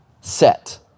set